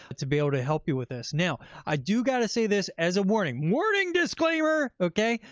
ah to be able to help you with this. now i do got to say this as a warning. warning disclaimer. okay.